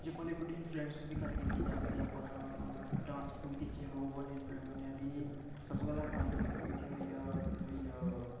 जे Bollywood influence दी गल्ल कीती जा ते अपना डांस तुहें दिक्खेआ गै होग कि सबसे पैह्ला अपना आई गेआ रितिक रोशन होई गेआ ओह् होई गेआ